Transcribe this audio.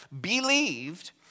believed